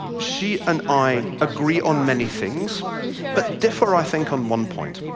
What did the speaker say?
she and i agree on many things but differ i think on one point.